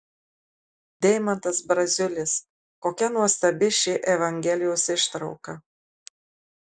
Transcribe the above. deimantas braziulis kokia nuostabi ši evangelijos ištrauka